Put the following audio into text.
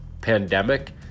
pandemic